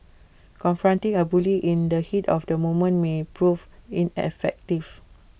confronting A bully in the heat of the moment may prove ineffective